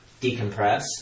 Decompress